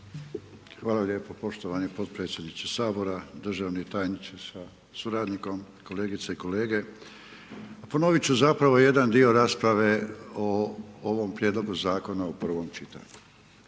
Hvala lijepo poštovani potpredsjedniče Sabora. Državni tajniče sa suradnikom, kolegice i kolege. Ponovit ću zapravo jedan dio rasprave o ovom Prijedlogu zakona u prvom čitanju.